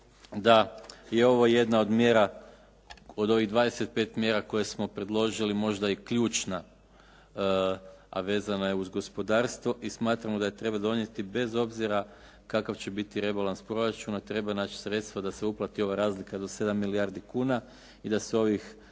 da je ovo jedna od mjera od ovih 25 mjera koje smo predložili možda i ključna, a vezana je uz gospodarstvo i smatramo da je treba donijeti bez obzira kakav će biti rebalans proračuna. Treba naći sredstva da se uplati ova razlika do 7 milijardi kuna i da se ovih